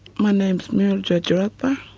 my name is muriel jaragba